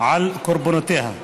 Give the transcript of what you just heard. על קורבנותיה.